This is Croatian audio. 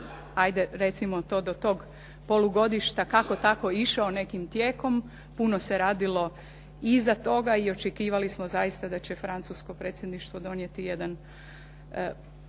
'ajde recimo to do tog polugodišta kako tako išao nekim tijekom, puno se radilo i iza toga i očekivali smo zaista da će francusko predsjedništvo donijeti jedan,